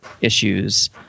issues